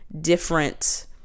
different